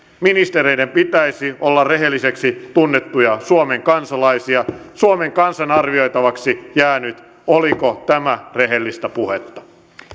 ministereiden pitäisi olla rehelliseksi tunnettuja suomen kansalaisia suomen kansan arvioitavaksi jää nyt oliko tämä rehellistä puhetta